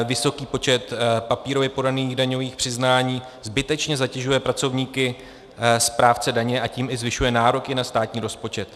Vysoký počet papírově podaných daňových přiznání zbytečně zatěžuje pracovníky správce daně, a tím i zvyšuje nároky na státní rozpočet.